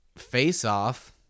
Face-Off